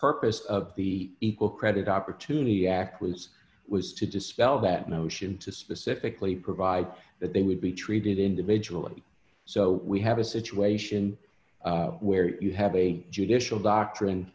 purpose of the equal credit opportunity act was was to dispel that notion to specifically provide that they would be treated individually so we have a situation where you have a judicial doctrine